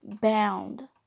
bound